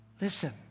listen